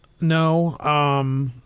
No